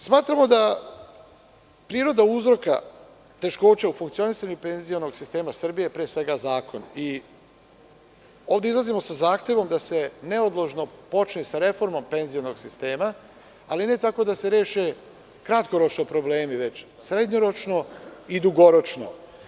Smatramo da priroda uzroka teškoća u funkcionisanju penzionog sistema Srbije je pre svega zakon i ovde izlazimo sa zahtevom da se neodložno počne sa reformom penzionog sistema, ali ne tako da se reše kratkoročno problemi, već srednjeročno i dugoročno.